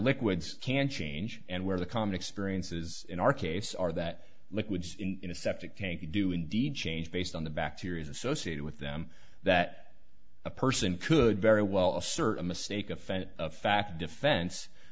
liquids can change and where the common experiences in our case are that liquids in a septic tank do indeed change based on the bacteria associated with them that a person could very well assert a mistake offense of fact defense